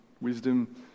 wisdom